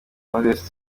moses